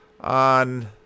on